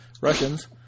Russians